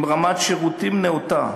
עם רמת שירותים נאותה,